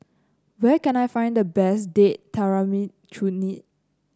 where can I find the best Date Tamarind Chutney